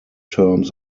terms